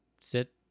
sit